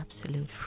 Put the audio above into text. absolute